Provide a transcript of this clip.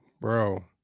Bro